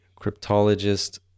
cryptologist